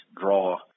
draw